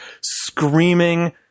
screaming